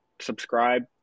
subscribe